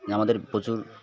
যে আমাদের প্রচুর